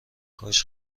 کاش